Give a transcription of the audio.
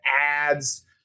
ads